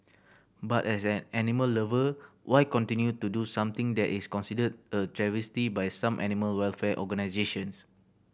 but as an animal lover why continue to do something that is considered a travesty by some animal welfare organisations